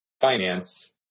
finance